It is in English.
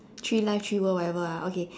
three life three world whatever ah okay